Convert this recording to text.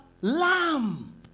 lamb